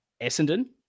Essendon